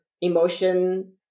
emotion